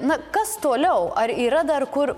na kas toliau ar yra dar kur